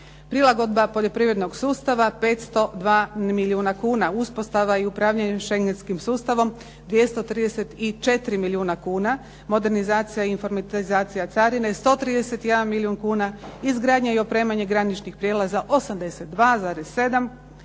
Prilagodba poljoprivrednog sustava 502 milijuna kuna, uspostava i upravljanje šengenskim sustavom 234 milijuna kuna, modernizacija i informatizacija carine 131 milijun kuna, izgradnja i opremanje graničnih prijelaza 82,7,